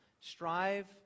Strive